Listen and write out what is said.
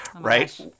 right